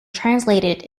translated